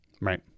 Right